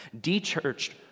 De-churched